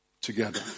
together